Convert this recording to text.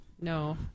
no